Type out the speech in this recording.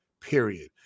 period